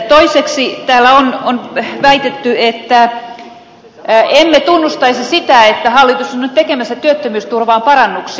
toiseksi täällä on väitetty että emme tunnustaisi sitä että hallitus on nyt tekemässä työttömyysturvaan parannuksia